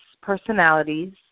personalities